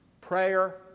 prayer